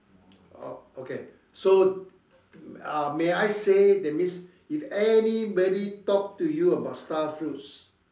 oh okay so uh may I say that means if anybody talk to you about starfruits